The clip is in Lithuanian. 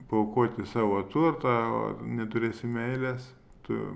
paaukoti savo turtą o neturėsi meilės tu